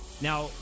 Now